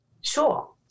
Sure